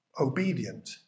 obedient